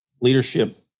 leadership